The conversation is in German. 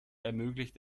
ermöglicht